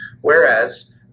Whereas